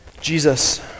Jesus